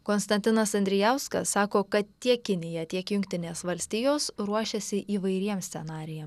konstantinas andrijauskas sako kad tiek kinija tiek jungtinės valstijos ruošiasi įvairiems scenarijam